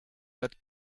that